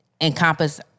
encompass